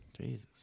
jesus